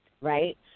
right